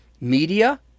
media